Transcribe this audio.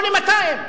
או ל-200,